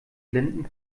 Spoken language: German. blinden